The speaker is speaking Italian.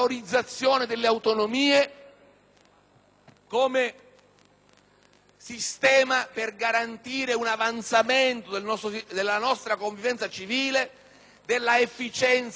come sistema per garantire un avanzamento della nostra convivenza civile, dell'efficienza della nostra pubblica amministrazione,